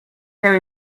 there